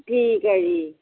ਠੀਕ ਹੈ ਜੀ ਹਾਂਜੀ